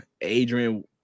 Adrian